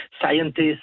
scientists